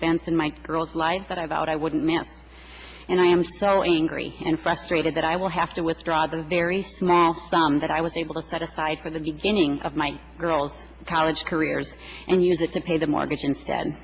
events in my girl's life that i thought i wouldn't matter and i am so angry and frustrated that i will have to withdraw the very small sum that i was able to set aside for the beginning of my girls college careers and use it to pay the mortgage instead